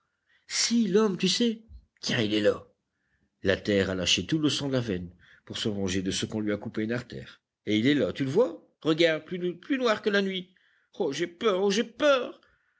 si l'homme tu sais tiens il est là la terre a lâché tout le sang de la veine pour se venger de ce qu'on lui a coupé une artère et il est là tu le vois regarde plus noir que la nuit oh j'ai peur oh j'ai peur